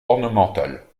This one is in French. ornementale